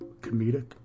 Comedic